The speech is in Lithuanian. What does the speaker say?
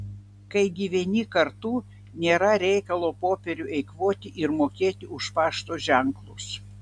kai gyveni kartu nėra reikalo popierių eikvoti ir mokėti už pašto ženklus